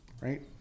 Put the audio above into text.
right